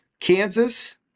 Kansas